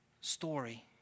story